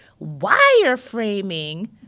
wireframing